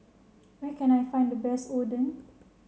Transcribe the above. where can I find the best Oden